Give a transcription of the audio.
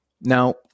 Now